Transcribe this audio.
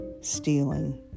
stealing